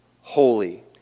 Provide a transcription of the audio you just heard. holy